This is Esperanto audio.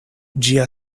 ĝia